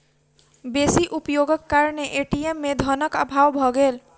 बेसी उपयोगक कारणेँ ए.टी.एम में धनक अभाव भ गेल